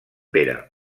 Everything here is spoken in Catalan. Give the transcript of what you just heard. pere